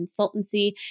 consultancy